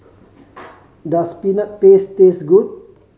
does Peanut Paste taste good